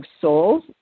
souls